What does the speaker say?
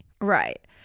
Right